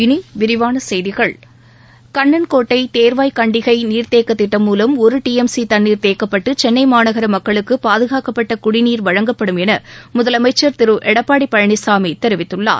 இனி விரிவான செய்திகள் கண்ணன் கோட்டை தேர்வாய்கண்டிகை நீர்த்தேக்கத் திட்டம் மூலம் ஒரு டிளம்சி தண்ணீர் தேக்கப்பட்டு சென்னை மாநகர மக்களுக்கு பாதுகாக்கப்பட்ட குடிநீர் வழங்கப்படும் என முதலமைச்சர் திரு எடப்பாடி பழனிசாமி தெரிவித்துள்ளார்